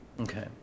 Okay